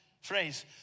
phrase